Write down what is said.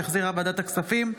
שהחזירה ועדת הכספים,